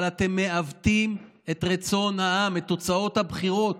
אבל אתם מעוותים את רצון העם, את תוצאות הבחירות.